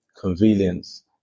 convenience